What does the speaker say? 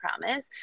promise